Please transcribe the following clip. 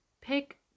pick